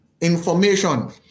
information